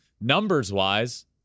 numbers-wise